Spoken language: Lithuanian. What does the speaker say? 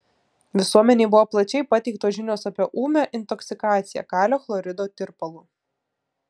visuomenei buvo plačiai pateiktos žinios apie ūmią intoksikaciją kalio chlorido tirpalu